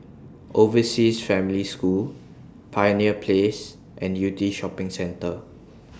Overseas Family School Pioneer Place and Yew Tee Shopping Centre